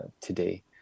today